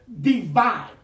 divide